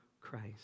Christ